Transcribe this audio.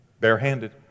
Barehanded